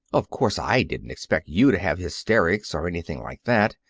of course i didn't expect you to have hysterics, or anything like that.